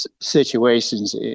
situations